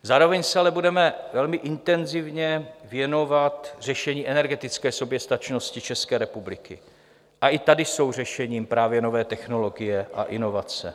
Zároveň se ale budeme velmi intenzivně věnovat řešení energetické soběstačnosti České republiky a i tady jsou řešením právě nové technologie a inovace.